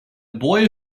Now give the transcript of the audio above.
boy